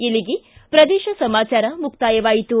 ಇಲ್ಲಿಗೆ ಪ್ರದೇಶ ಸಮಾಚಾರ ಮುಕ್ತಾಯವಾಯಿತು